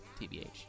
TBH